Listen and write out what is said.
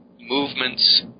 movements